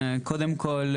קודם כל,